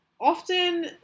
often